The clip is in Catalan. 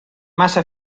massa